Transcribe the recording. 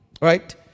right